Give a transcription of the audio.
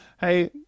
Hey